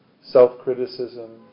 self-criticism